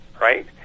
right